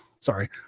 sorry